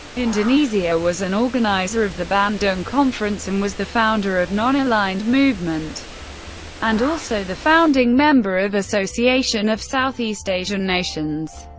indonesia was an organizer of the bandung conference and was the founder of non-aligned movement and also the founding member of association of southeast asian nations,